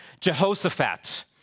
Jehoshaphat